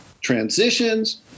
transitions